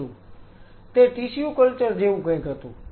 તે tissue culture જેવું કંઈક હતું